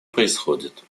происходит